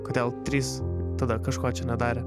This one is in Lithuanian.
kodėl trys tada kažko čia nedarė